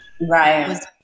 Right